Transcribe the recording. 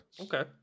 okay